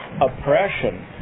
oppression